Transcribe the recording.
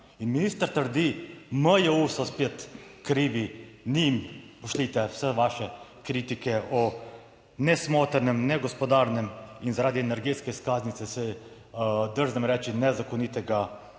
in minister trdi, MJU so spet krivi, njim pošljite vse vaše kritike o nesmotrnem, negospodarnem in zaradi energetske izkaznice, si drznem reči, nezakonitega